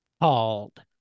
called